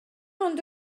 ond